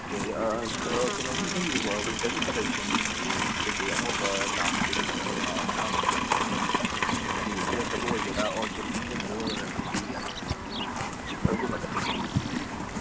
okay ꯀꯩꯅꯣꯒꯤ ꯑꯩꯈꯣꯏꯒꯤ ꯋꯤꯟꯇꯔꯒꯤ ꯀꯜꯂꯦꯛꯁꯟꯒꯤ ꯀꯩ ꯀꯩ ꯑꯅꯧꯕ ꯂꯥꯛꯀꯦ ꯃꯇꯝ ꯃꯇꯥꯡꯗ ꯈꯇꯪ ꯈꯪꯅꯤꯡꯕ ꯍꯥꯏꯗꯤ ꯗ꯭ꯔꯦꯁꯇꯕꯨ ꯑꯣꯏꯒꯦꯔꯥ ꯑꯣꯔ ꯖꯣꯒꯤꯡꯒꯨꯝꯕꯗ ꯑꯣꯏꯔꯒꯁꯨ ꯌꯥꯏ ꯖꯤꯞꯄꯔꯒꯨꯝꯕꯗ ꯀꯩ ꯀꯩꯕ ꯂꯩꯕꯒꯦ